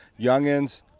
youngins